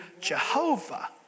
Jehovah